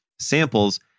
samples